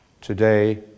today